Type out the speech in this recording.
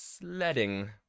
Sledding